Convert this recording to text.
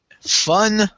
fun